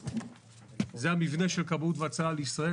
זה המבנה של כבאות והצלה לישראל.